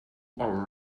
our